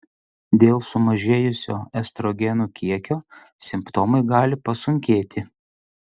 dėl sumažėjusio estrogenų kiekio simptomai gali pasunkėti